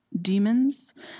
demons